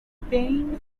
pain